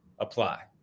apply